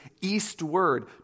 eastward